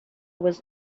was